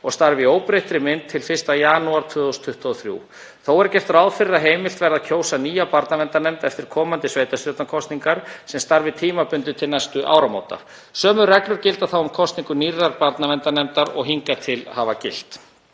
og starfi í óbreyttri mynd til 1. janúar 2023. Þó verður gert ráð fyrir að heimilt verði að kjósa nýja barnaverndarnefnd eftir komandi sveitarstjórnarkosningar sem starfi tímabundið til næstu áramóta. Sömu reglur gilda um þá kosningu nýrrar barnaverndarnefndar og hingað til hafa gilt.